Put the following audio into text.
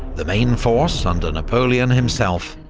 the main force under napoleon himself,